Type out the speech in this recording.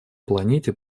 планете